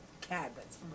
cabinets